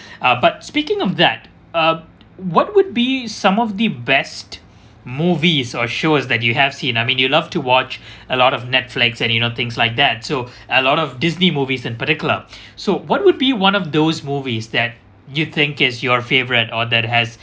uh but speaking of that uh what would be some of the best movies or shows that you have seen I mean you love to watch a lot of netflix and you know things like that so a lot of disney movies in particular so what would be one of those movies that you think is your favorite or that has